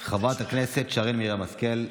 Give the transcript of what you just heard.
חברת הכנסת שרן מרים השכל.